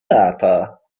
lata